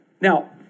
Now